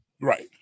Right